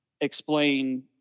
explain